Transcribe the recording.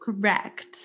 Correct